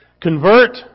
Convert